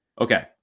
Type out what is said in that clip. okay